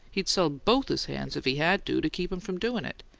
he'd sell both his hands, if he had to, to keep em from doin it.